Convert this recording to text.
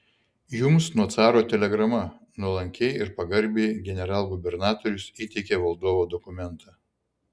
jums nuo caro telegrama nuolankiai ir pagarbiai generalgubernatorius įteikė valdovo dokumentą